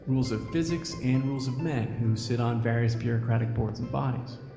rules of physics and rules of men who sit on various bureaucratic boards and bodies.